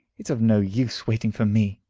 it's of no use waiting for me.